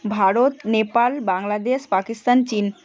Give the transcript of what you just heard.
ভারত নেপাল বাংলাদেশ পাকিস্তান চীন